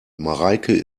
mareike